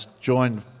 joined